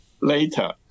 later